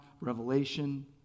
Revelation